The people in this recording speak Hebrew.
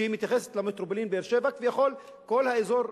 שמתייחסת למטרופולין באר-שבע כביכול, כל האזור,